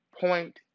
point